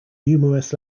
numerous